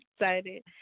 excited